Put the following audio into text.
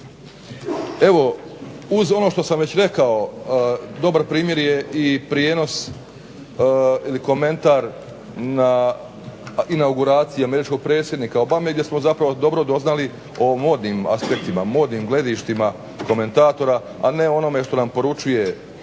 Evo uz ono što sam već rekao dobar primjer je i prijenos ili komentar na inauguraciju američkog predsjednika Obame gdje smo zapravo dobro doznali o modnim aspektima, modnim gledištima komentatorima, a ne onome što nam poručuje predsjednik